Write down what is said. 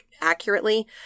accurately